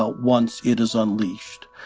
ah once it is unleashed.